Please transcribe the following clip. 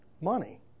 money